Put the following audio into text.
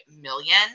million